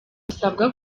bisabwa